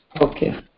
Okay